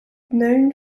known